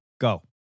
Go